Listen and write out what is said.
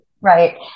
right